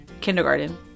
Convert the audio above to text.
kindergarten